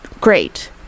Great